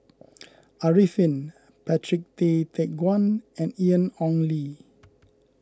Arifin Patrick Tay Teck Guan and Ian Ong Li